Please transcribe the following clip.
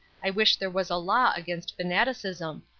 i wish there was a law against fanaticism.